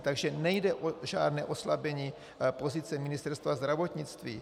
Takže nejde o žádné oslabení pozice Ministerstva zdravotnictví.